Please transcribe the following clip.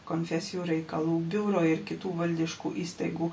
konfesijų reikalų biuro ir kitų valdiškų įstaigų